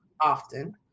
often